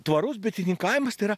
tvarus bitininkavimas tai yra